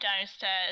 downstairs